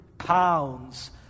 pounds